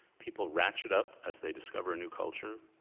people ratchet up as they discover a new culture.